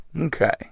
Okay